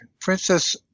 Princess